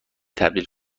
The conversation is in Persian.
تبدیل